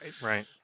Right